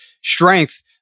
strength